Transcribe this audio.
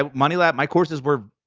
um money lab, my courses were,